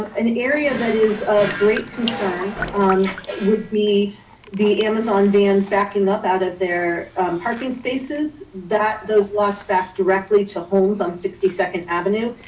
an area that is of great concern would be the amazon vans backing up out of their parking spaces. that those locks back directly to homes on sixty second avenue.